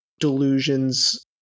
delusions